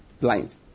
blind